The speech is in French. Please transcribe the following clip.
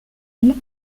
elles